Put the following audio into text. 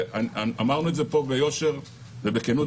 אמרנו פה בכנסת ביושר ובכנות,